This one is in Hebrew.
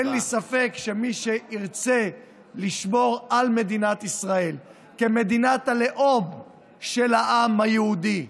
אין לי ספק שמי שירצה לשמור על מדינת ישראל כמדינת הלאום של העם היהודי,